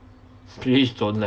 please don't let